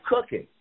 cooking